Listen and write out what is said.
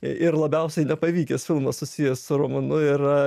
ir labiausiai nepavykęs filmas susijęs su romanu yra